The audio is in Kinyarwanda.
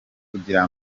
kugira